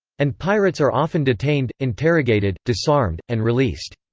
and pirates are often detained, interrogated, disarmed, and released.